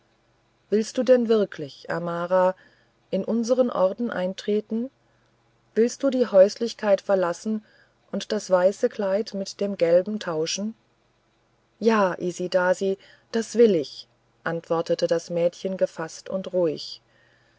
willst du denn wirklich amara in unseren orden eintreten willst du die häuslichkeit verlassen und das weiße kleid mit dem gelben vertauschen ja isidasi das will ich anwortete das mädchen gefaßt und ruhig